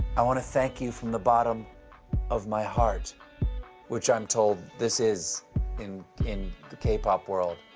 i want to thank you from the bottom of my heart which i'm told this is in in the k pop world,